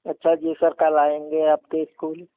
अच्छा जी सर कल आएंगे आपके स्कूल